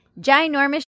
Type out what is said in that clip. ginormous